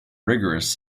rigorous